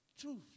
truth